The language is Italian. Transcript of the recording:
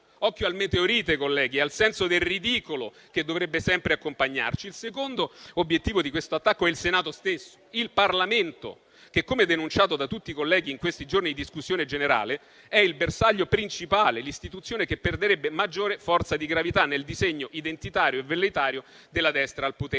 Occhio al meteorite, colleghi, al senso del ridicolo che dovrebbe sempre accompagnarci. Il secondo obiettivo di questo attacco è il Senato stesso, il Parlamento, che, come denunciato da tutti i colleghi in questi giorni di discussione generale, è il bersaglio principale, l'istituzione che perderebbe maggiore forza di gravità nel disegno identitario e velleitario della destra al potere.